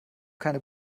keine